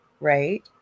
right